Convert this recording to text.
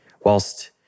whilst